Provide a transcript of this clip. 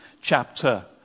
chapter